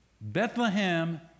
Bethlehem